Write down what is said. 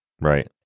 Right